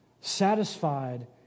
satisfied